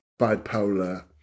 bipolar